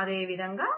అదేవిధంగా